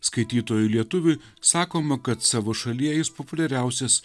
skaitytojui lietuviui sakoma kad savo šalyje jis populiariausias